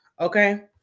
okay